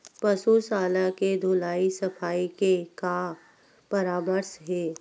पशु शाला के धुलाई सफाई के का परामर्श हे?